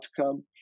outcome